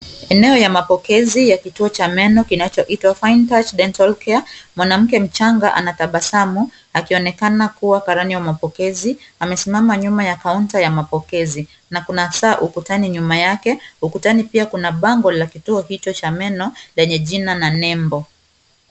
Eneo la mapokezi cha kituo cha meno kinachoitwa Fine Touch Dental Care. Mwanamke mchanga anatabasamu akionekana kuwa karani wa mapokezi. Amesimama nyuma ya kaunta ya mapokezi na kuna saa ukutani nyuma yake. Ukutani pia kuna bango la kituo hicho cha meno lenye jina na nembo.